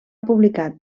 publicat